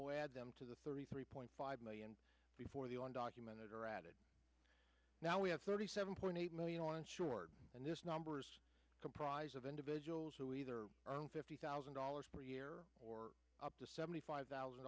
we'll add them to the thirty three point five million before the on documented or added now we have thirty seven point eight million on insured and this numbers comprise of individuals who either own fifty thousand dollars per year or up to seventy five thousand